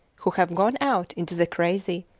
who have gone out into the crazy,